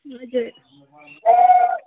हजुर